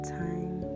time